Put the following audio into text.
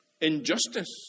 Injustice